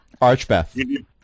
Archbeth